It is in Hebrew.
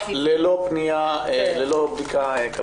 יקבל סיוע ללא בדיקה כלכלית.